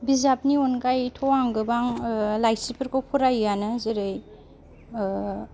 बिजाबनि अनगायैथ' आं गोबां लाइसिफोरखौ फरायोआनो जेरै